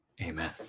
Amen